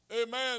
Amen